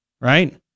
right